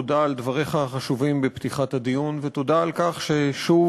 תודה על דבריך החשובים בפתיחת הדיון ותודה על כך ששוב